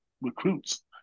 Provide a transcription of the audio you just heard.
recruits